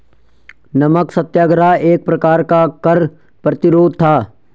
नमक सत्याग्रह एक प्रकार का कर प्रतिरोध था